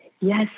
yes